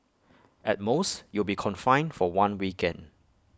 at most you'll be confined for one weekend